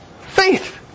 faith